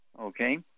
Okay